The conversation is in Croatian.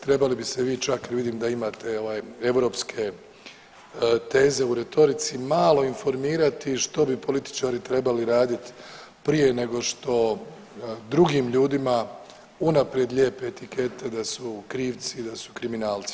Trebali bi se vi čak, vidim da imate ovaj europske teze u retorici malo informirati što bi političari trebali radit prije nego što drugim ljudima unaprijed lijepe etikete da su krivci i da su kriminalci.